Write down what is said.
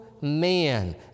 man